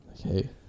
Okay